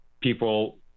people